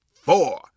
four